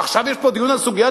עכשיו יש פה דיון על סוגיית